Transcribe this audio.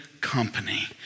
company